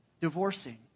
divorcing